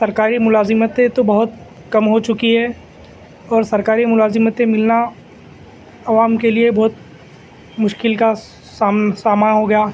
سرکاری ملازمتیں تو بہت کم ہو چکی ہے اور سرکاری ملازمتیں ملنا عوام کے لیے بہت مشکل کا سامان ہو گیا